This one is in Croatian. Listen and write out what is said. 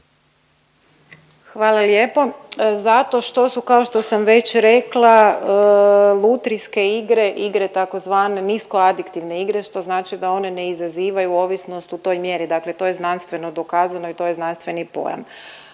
Hvala lijepo. Zato što su, kao što sam već rekla, lutrijske igre igre tzv. niskoadiktivne igre što znači da one ne izazivaju ovisnost u toj mjeri, dakle to je znanstveno dokazano i to je znanstveni pojam.